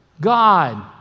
God